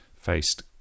faced